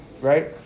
right